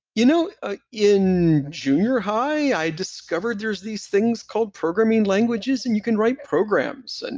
you know ah in junior high, i discovered there's these things called programming languages, and you can write programs. and